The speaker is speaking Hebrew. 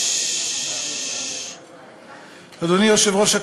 אדוני היושב-ראש,